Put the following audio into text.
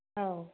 औ